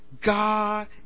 God